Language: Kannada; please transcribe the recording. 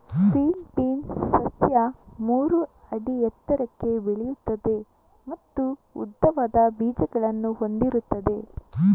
ಫೀಲ್ಡ್ ಬೀನ್ಸ್ ಸಸ್ಯ ಮೂರು ಅಡಿ ಎತ್ತರಕ್ಕೆ ಬೆಳೆಯುತ್ತದೆ ಮತ್ತು ಉದ್ದವಾದ ಬೀಜಗಳನ್ನು ಹೊಂದಿರುತ್ತದೆ